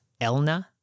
Elna